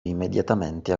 immediatamente